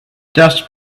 dust